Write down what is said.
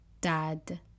dad